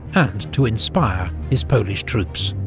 and to inspire his polish troops.